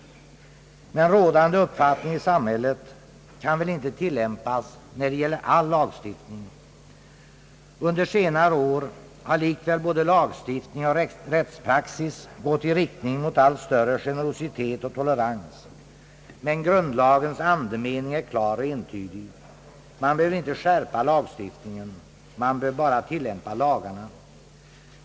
Men rådande uppfattning i samhället kan väl inte tillämpas när det gäller all lagstiftning. Under senare år har likväl både lagstiftning och rättspraxis gått i riktning mot allt större generositet och tolerans. Men, grundlagens andemening är klar och entydig. Man behöver inte skärpa lagstiftningen — man behöver bara tillämpa lagarna.